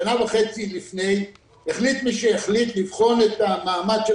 שנה וחצי לפני החליט מי שהחליט לבחון את המעמד של